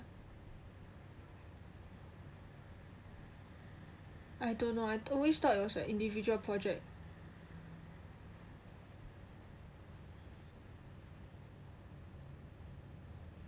I don't know I always thought was individual project